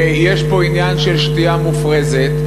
ויש פה עניין של שתייה מופרזת,